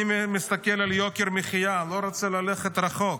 אני מסתכל על יוקר המחיה, לא רוצה ללכת רחוק.